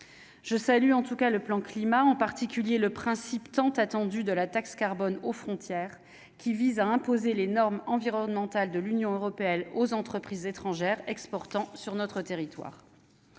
Je salue en tout cas le plan climat en particulier le principe tant attendu de la taxe carbone aux frontières, qui vise à imposer les normes environnementales de l'Union européenne aux entreprises étrangères exportant sur notre territoire,